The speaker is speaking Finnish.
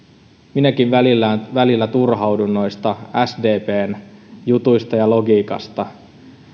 minäkin välillä välillä turhaudun noista sdpn jutuista ja logiikasta